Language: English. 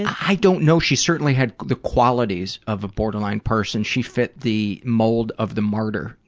i don't know, she certainly had the qualities of a borderline person, she fit the mold of the martyr.